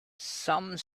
some